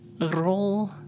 roll